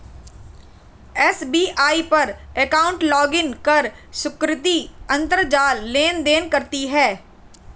SBI पर account login कर सुकृति अंतरजाल लेनदेन करती है